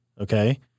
Okay